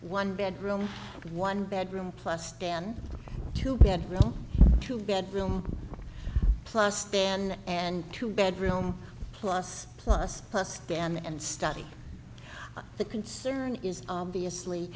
one bedroom one bedroom plus dan two bedroom two bedroom plus band and two bedroom plus plus plus dan and study the concern is obviously